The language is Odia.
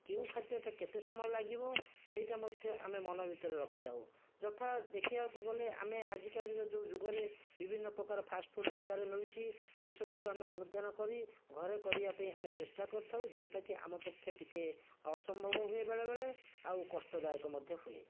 କେଉଁ ଖାଦ୍ୟଟା କେତେ ସମୟ ଲାଗିବ ସେଇଟା ମଧ୍ୟ ଆମେ ମନ ଭିତରେ ରଖିଥାଉ ଯଥା ଦେଖିବାକୁ ଗଲେ ଆମେ ଆଜିକାଲିର ଯେଉଁ ଯୁଗରେ ବିଭିନ୍ନ ପ୍ରକାର ଫାଷ୍ଟ୍ଫୁଡ଼୍ ବଜାରରେ ମିଳୁଛି ସେସବୁକୁ ଆମେ ଅନୁଧ୍ୟାନ କରି ଘରେ କରିବା ପାଇଁ ଆମେ ଚେଷ୍ଟା କରିଥାଉ ଯେଉଁଟାକି ଆମ ପକ୍ଷେ ଟିକେ ଅସମ୍ଭବ ହୁଏ ବେଳେବେଳେ ଆଉ କଷ୍ଟଦାୟକ ମଧ୍ୟ ହୁଏ